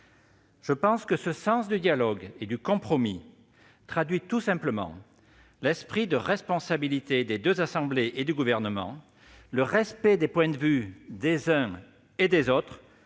Je pense que ce sens du dialogue et du compromis traduit tout simplement l'esprit de responsabilité des deux assemblées et du Gouvernement, ainsi que le respect des points de vue des uns et des autres,